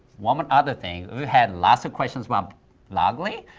one one other thing. we've had lots of questions about loggly.